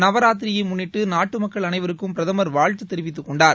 நவராத்திரியை முன்னிட்டு நாட்டு மக்கள் அனைவருக்கும் பிரதமர் வாழ்த்து தெரிவித்துக் கொண்டார்